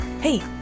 Hey